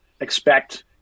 expect